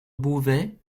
beauvais